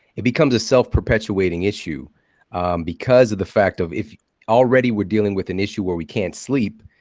it becomes a self-perpetuating issue because of the fact of if already we're dealing with an issue where we can't sleep,